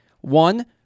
One